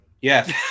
Yes